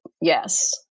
yes